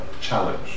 challenge